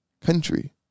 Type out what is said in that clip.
country